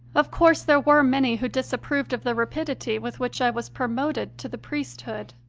of course there were many who disapproved of the rapidity with which i was pro moted to the priesthood,